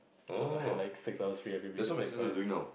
so I had like six hours free every week in sec five